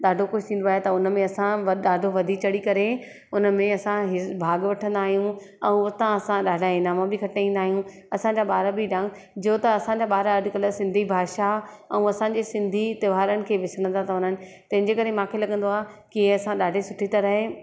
ॾाढो कुझु थींदो आहे त उन में असां वधि ॾाढो वधी चढ़ी करे उन में असां भाग वठंदा आहियूं ऐं उतां असां ॾाढा इनाम बि खटे ईंदा आहियूं असांजा ॿार बि डांस जो त असांजा ॿार अॼु कल्ह सिंधी भाषा ऐं असांजे सिंधी तहिंवारनि खे विसरंदा था वञनि तंहिंजे करे मूंखे लॻंदो आहे कि असां ॾाढे सुठी तरहि